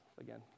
again